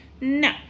No